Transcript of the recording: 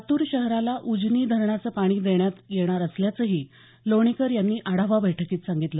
लातूर शहराला उजनी धरणाचं पाणी देण्यात येणार असल्याचंही लोणीकर यांनी आढावा बैठकीत सांगितलं